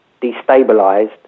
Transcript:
destabilized